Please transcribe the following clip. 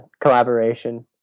collaboration